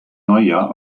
neujahr